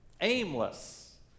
aimless